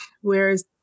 Whereas